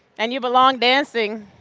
and you belong dancing.